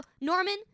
Norman